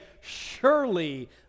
surely